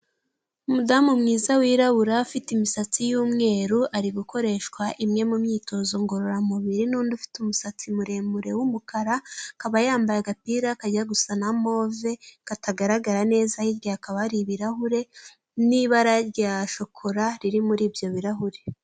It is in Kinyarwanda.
Umudamu mwiza wirabura ufite imisatsi y'umweru, ari gukoreshwa imwe mu myitozo ngororamubiri, n'undi ufite umusatsi muremure w'umukara, akaba yambaye agapira kajya gusa na move katagaragara neza , hirya hakaba hari ibirahure n'ibara rya shokora riri muri ibyo birahuri.